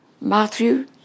Matthew